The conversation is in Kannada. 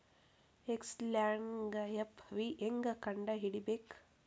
ಎಕ್ಸೆಲ್ದಾಗ್ ಎಫ್.ವಿ ಹೆಂಗ್ ಕಂಡ ಹಿಡಿಬೇಕ್